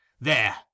There